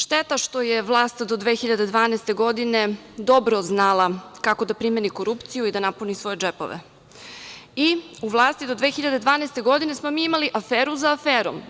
Šteta što je vlast do 2012. godine dobro znala kako da primeni korupciju i da napuni svoje džepove i u vlasti do 2012. godine smo imali aferu za aferom.